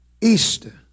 Easter